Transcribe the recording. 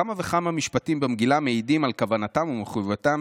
כמה וכמה משפטים במגילה מעידים על כוונתם ומחויבותם